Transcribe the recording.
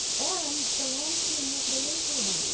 and the launching of the internet.